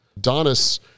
Donis